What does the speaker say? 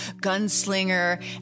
gunslinger